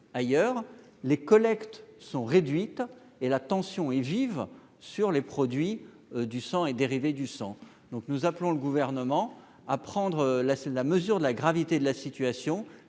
ailleurs les collectes sont réduites et la tension est vive sur les produits du sang et dérivés du sang, donc nous appelons le gouvernement à prendre la salle, la mesure de la gravité de la situation